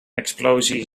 explosie